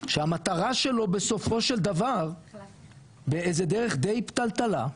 שהמטרה שלו בסופו של דבר באיזה דרך די פתלתלה,